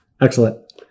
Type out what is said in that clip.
Excellent